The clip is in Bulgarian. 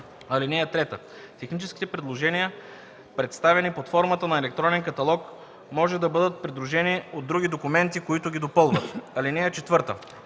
(3) Техническите предложения, представени под формата на електронен каталог, може да бъдат придружени от други документи, които ги допълват. (4) Използването